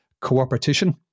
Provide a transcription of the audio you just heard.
cooperation